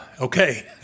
okay